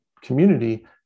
community